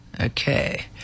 Okay